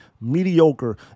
mediocre